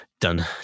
done